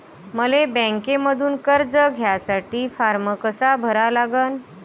मले बँकेमंधून कर्ज घ्यासाठी फारम कसा भरा लागन?